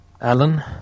Alan